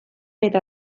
eta